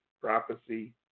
prophecy